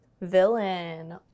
Villain